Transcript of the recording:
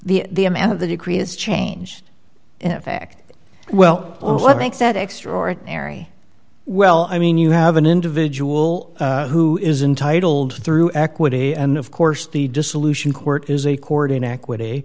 decree the amount of the decree is changed back well i think that extraordinary well i mean you have an individual who is untitled through equity and of course the dissolution court is a court in equity